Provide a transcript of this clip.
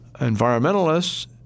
environmentalists